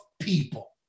people